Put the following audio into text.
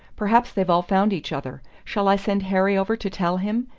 perhaps they've all found each other. shall i send harry over to tell him?